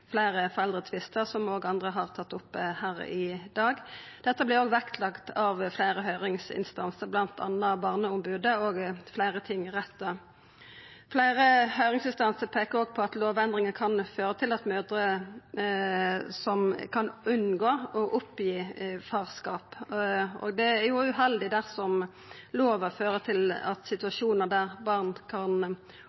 fleire foreldretvistar, som òg andre har tatt opp her i dag. Dette vert òg vektlagt av fleire høyringsinstansar, bl.a. av Barneombodet og av fleire tingrettar. Fleire høyringsinstansar peikar òg på at lovendringa kan føra til at mødrer vil unngå å oppgi farskap. Det er uheldig om lova fører til situasjonar der barn kan oppleva at